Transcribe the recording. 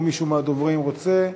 או מישהו מהדוברים רוצה,